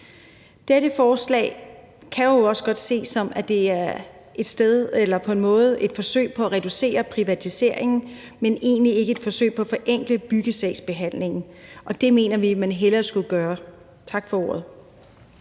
Dette forslag kan jo også godt ses som, at det på en måde er et forsøg på at reducere privatiseringen, men egentlig ikke et forsøg på at forenkle byggesagsbehandlingen, og det mener vi at man hellere skulle gøre. Tak for ordet.